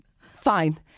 fine